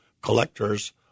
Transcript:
collectors